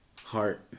heart